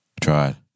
tried